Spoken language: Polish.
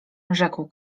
rzekł